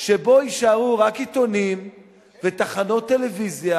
שבו יישארו רק עיתונים ותחנות טלוויזיה